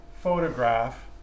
photograph